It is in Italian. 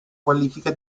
qualifica